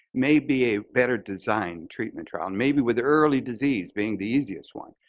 maybe a better design treatment trial, and maybe with early disease being the easiest one.